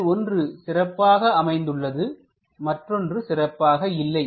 இதில் ஒன்று சிறப்பாக அமைந்துள்ளது மற்றொன்று சிறப்பாக இல்லை